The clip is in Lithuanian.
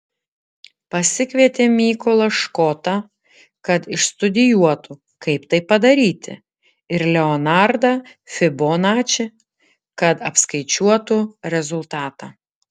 pasikvietė mykolą škotą kad išstudijuotų kaip tai padaryti ir leonardą fibonačį kad apskaičiuotų rezultatą